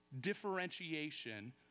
differentiation